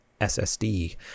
SSD